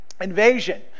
invasion